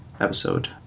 episode